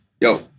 yo